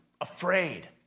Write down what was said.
afraid